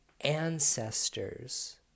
ancestors